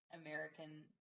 American